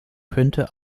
könnte